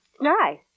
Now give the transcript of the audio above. nice